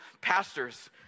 pastors